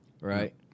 right